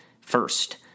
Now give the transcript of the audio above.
first